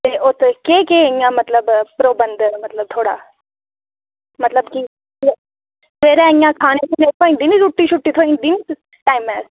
ते उत्त केह् केह् मतलब इंया प्रबन्ध ऐ थुआढ़ा ते सबैह्रे इंया मतलब खानै ई रुट्टी थ्होई जंदी नी इंया टैमें र